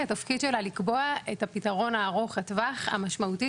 התפקיד שלה הוא לקבוע את הפתרון ארוך הטווח המשמעותי